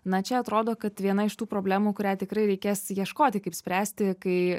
na čia atrodo kad viena iš tų problemų kurią tikrai reikės ieškoti kaip spręsti kai